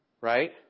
right